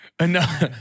Enough